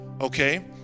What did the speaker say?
okay